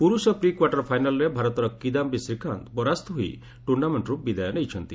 ପୁରୁଷ pre quarter ଫାଇନାଲ୍ରେ ଭାରତର କିଦାମ୍ବୀ ଶ୍ରୀକାନ୍ତ ପରାସ୍ତ ହୋଇ ଟୁର୍ଷାମେଣ୍ଟ୍ରୁ ବିଦାୟ ନେଇଛନ୍ତି